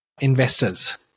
investors